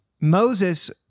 Moses